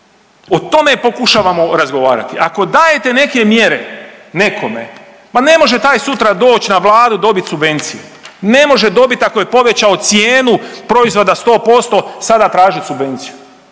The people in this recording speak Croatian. O tome pokušavamo razgovarati. Ako dajete neke mjere, nekome, pa ne može taj sutra doći na Vladu, dobit subvenciju. Ne može dobiti, ako je povećao cijenu proizvoda 100%, sada tražiti subvenciju.